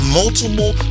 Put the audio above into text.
multiple